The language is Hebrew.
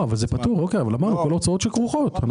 זה פטור, דיברנו על ההוצאות שכרוכות.